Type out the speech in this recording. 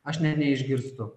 aš net neišgirstu